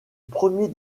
premier